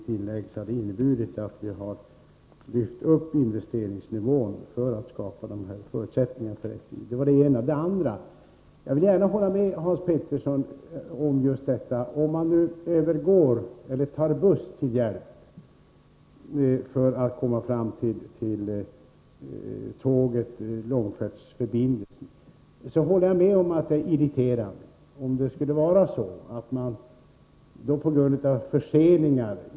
Totalt sett innebär det, som jag sade tidigare, att investeringsnivån höjts i syfte att skapa förutsättningar för SJ. För det andra är jag överens med Hans Petersson när det gäller följande: Om man måste ta bussen för att komma till tåget eller långfärdsförbindelsen, är det irriterande att inte hinna fram på grund av förseningar.